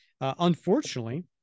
Unfortunately